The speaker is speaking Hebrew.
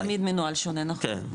נכון, תמיד מנוהל שונה, נכון.